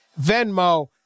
Venmo